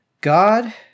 God